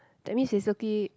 that means is okay